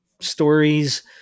stories